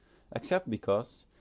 except because,